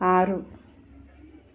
ఆరు